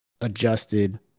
adjusted